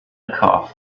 cough